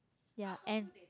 ya and